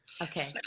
Okay